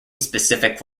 specific